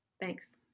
Thanks